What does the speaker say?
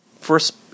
First